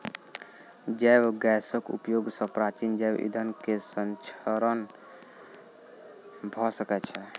जैव गैसक उपयोग सॅ प्राचीन जैव ईंधन के संरक्षण भ सकै छै